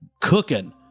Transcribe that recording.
cooking